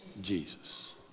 Jesus